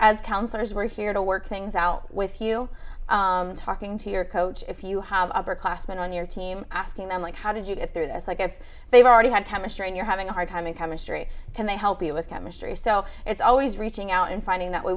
counselors were here to work things out with you talking to your coach if you have upperclassmen on your team asking them like how did you get through this like if they've already had chemistry and you're having a hard time in chemistry can they help you with chemistry so it's always reaching out and finding that we